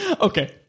Okay